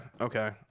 Okay